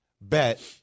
bet